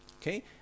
Okay